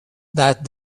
that